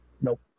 Nope